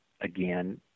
again